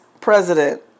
president